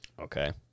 Okay